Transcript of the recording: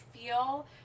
feel